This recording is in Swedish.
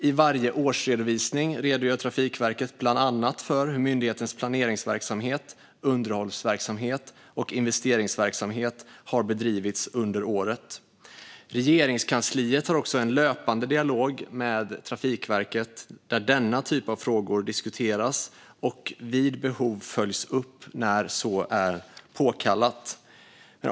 I varje årsredovisning redogör Trafikverket bland annat för hur myndighetens planeringsverksamhet, underhållsverksamhet och investeringsverksamhet har bedrivits under året. Regeringskansliet har också en löpande dialog med Trafikverket där denna typ av frågor diskuteras och vid behov följs upp när så är påkallat.